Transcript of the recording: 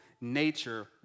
nature